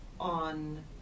on